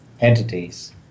entities